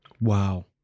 Wow